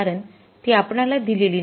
कारण ती आपणाला दिलेली नाही